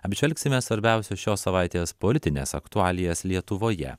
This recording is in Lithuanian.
apžvelgsime svarbiausias šios savaitės politines aktualijas lietuvoje